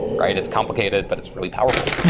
right? it's complicated, but it's really powerful.